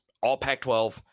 all-Pac-12